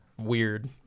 weird